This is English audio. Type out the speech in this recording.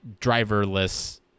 driverless